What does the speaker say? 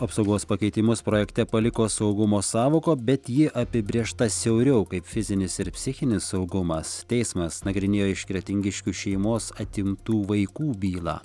apsaugos pakeitimus projekte paliko saugumo sąvoką bet ji apibrėžta siauriau kaip fizinis ir psichinis saugumas teismas nagrinėjo iš kretingiškių šeimos atimtų vaikų bylą